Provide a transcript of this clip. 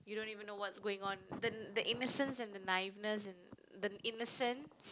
you don't even know what's going on the the innocence and the naiveness and the innocence